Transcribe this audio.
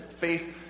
Faith